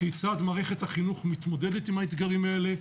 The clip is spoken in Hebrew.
כיצד מערכת החינוך מתמודדת עם האתגרים האלה,